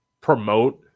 promote